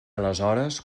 aleshores